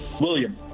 William